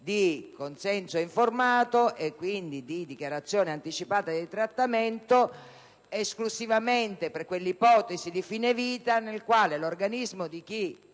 di consenso informato, e quindi di dichiarazione anticipata di trattamento, esclusivamente per quell'ipotesi di fine vita nella quale l'organismo di chi